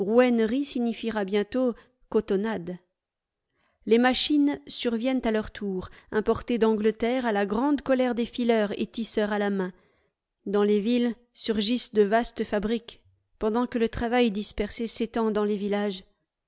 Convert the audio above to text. signifiera bientôt cotonnade les machines surviennent à leur tour importées d'angleterre à la grande colère des fileurs et tisseurs à la main dans les villes surgissent de vastes fabriques pendant que le travail dispersé s'étend dans les villages